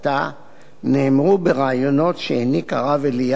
בראיונות שהעניק הרב אליהו לכלי התקשורת,